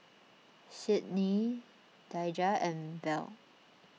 Cydney Daija and Bell